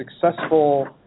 successful